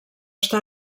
està